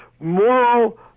moral